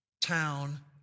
town